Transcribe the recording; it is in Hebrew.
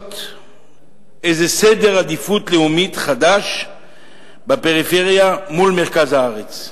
לעשות איזה סדר עדיפות לאומי חדש בפריפריה מול מרכז הארץ.